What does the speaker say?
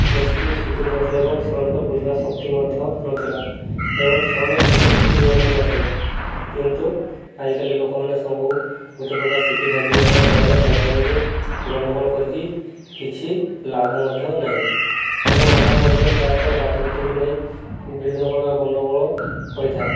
ଦେଶିକି ଶିକ୍ଷିତ ନଥିଲେ ଏବଂ ସେମାନଙ୍କ ବୁଝିବା ଶକ୍ତି ମଧ୍ୟ ନଥିଲା ଏବଂ ସେମାନେ ସେତେ ଶିକ୍ଷିତ ମଧ୍ୟ ନଥିଲେ କିନ୍ତୁ ଆଜିକାଲି ଲୋକମାନେ ସବୁ ଗୋଟେ ପ୍ରକାର ଶିକ୍ଷିତ ହେଲେଣି ଏବଂ ସେମାନେ ଜାଣିଗଲେ ଯେ ଗଣ୍ଡଗୋଳ କରିକି କିଛି ଲାଭ ମଧ୍ୟ ନାହିଁ ଏବଂ ଆମ ଅଞ୍ଚଳରେ ପ୍ରାୟତଃ ରାଜନୀତିକୁ ନେଇ ବିଭିନ୍ନ ପ୍ରକାର ଗଣ୍ଡଗୋଳ ହୋଇଥାଏ